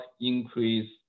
increase